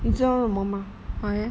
你知道为什么吗